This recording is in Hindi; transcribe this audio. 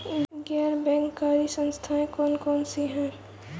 गैर बैंककारी संस्थाएँ कौन कौन सी हैं?